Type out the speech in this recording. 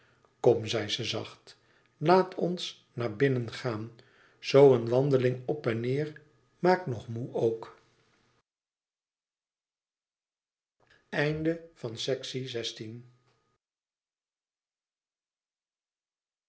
kom zei ze zacht laat ons naar binnen gaan zoo een wandeling op en neêr maakt nog moê ook